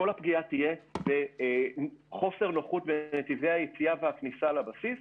כל הפגיעה תהיה בחוסר נוחות בנתיבי היציאה והכניסה של הבסיס,